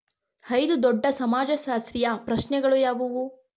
ಐದು ದೊಡ್ಡ ಸಮಾಜಶಾಸ್ತ್ರೀಯ ಪ್ರಶ್ನೆಗಳು ಯಾವುವು?